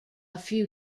few